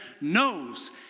knows